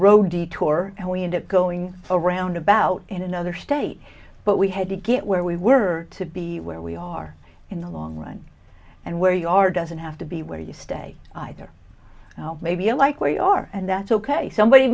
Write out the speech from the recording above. road detour and we end up going around about in another state but we had to get where we were to be where we are in the long run and where you are doesn't have to be where you stay either maybe you know like we are and that's ok somebody